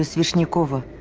ah so vishniakova.